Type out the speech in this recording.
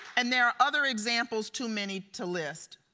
and there are other examples too many to list.